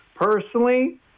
Personally